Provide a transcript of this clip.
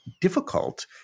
difficult